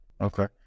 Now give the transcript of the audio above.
okay